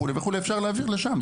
ואפשר להעביר לשם.